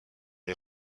les